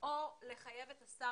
או לחייב את השר